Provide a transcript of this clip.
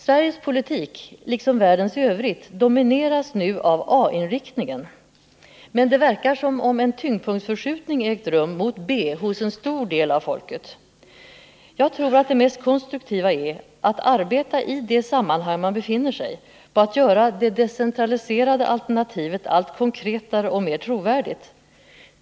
Sveriges politik, liksom världens politik i övrigt, domineras nu av A-inriktningen. Men det verkar som om en tyngdpunktsförskjutning ägt rum mot B hos en stor del av folket. Jag tror att det mest konstruktiva är att arbeta i det sammanhang där man befinner sig för att göra det decentraliserade alternativet alltmer konkret och mer trovärdigt.